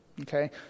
okay